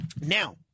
Now